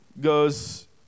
goes